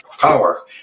Power